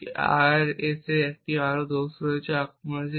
তাই আরএসএ তে আরও অনেক দোষ আক্রমণ হয়েছে